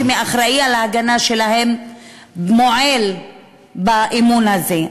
או שהאחראי להגנה שלהם מועל באמון הזה.